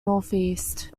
northeast